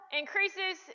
increases